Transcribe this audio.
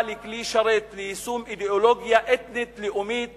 לכלי שרת ליישום אידיאולוגיה אתנית לאומית